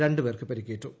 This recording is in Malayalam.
രണ്ട് പേർക്ക് പരിക്കേറ്റു